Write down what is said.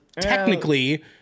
technically